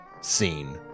scene